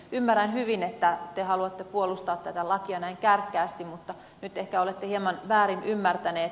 ymmärrän hyvin että te haluatte puolustaa tätä lakia näin kärkkäästi mutta nyt ehkä olette hieman väärin ymmärtäneet